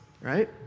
right